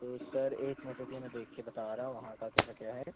तो सर एक मिनट रुकिए मैं देख कर बता रहा हूँ वहाँ का कैसा क्या है